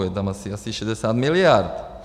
Je tam asi 60 miliard.